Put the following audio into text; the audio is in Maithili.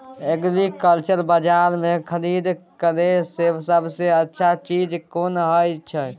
एग्रीकल्चर बाजार में खरीद करे से सबसे अच्छा चीज कोन होय छै?